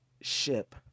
ship